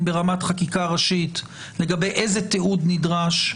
ברמת חקיקה ראשית לגבי איזה תיעוד נדרש,